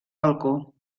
balcó